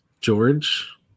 george